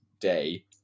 day